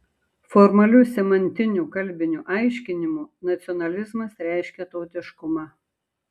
formaliu semantiniu kalbiniu aiškinimu nacionalizmas reiškia tautiškumą